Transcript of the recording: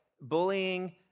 bullying